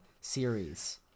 series